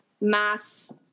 mass